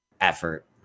effort